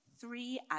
three